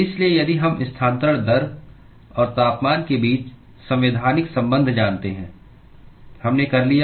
इसलिए यदि हम स्थानांतरण दर और तापमान के बीच संवैधानिक संबंध जानते हैं हमने कर लिया